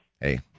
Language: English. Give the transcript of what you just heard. Hey